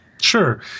Sure